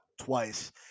twice